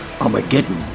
Armageddon